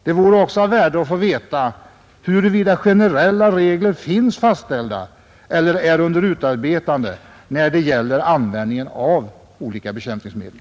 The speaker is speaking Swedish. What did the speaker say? Det vore också av värde att få veta, huruvida generella regler finns fastställda eller är under utarbetande när det gäller användningen av olika bekämpningsmedel.